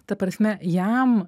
ta prasme jam